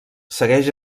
segueix